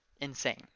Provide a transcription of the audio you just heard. insane